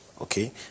Okay